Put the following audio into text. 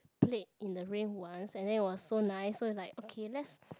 played in the rain once and then it was so nice so is like okay let's